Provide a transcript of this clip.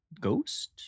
Ghost